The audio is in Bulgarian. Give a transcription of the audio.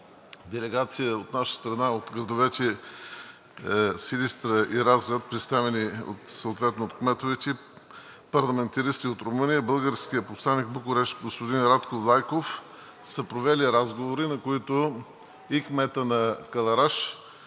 делегация от наша страна от градовете Силистра и Разград, представени съответно от кметовете, парламентаристи от Румъния и българският посланик в Букурещ господин Радко Влайков са провели разговори, на които и кметът на Кълъраш,